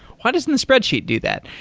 why doesn't spreadsheet do that?